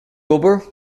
wilbur